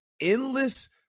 endless